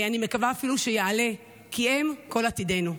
אני מקווה אפילו שהוא יעלה, כי הם כל עתידנו.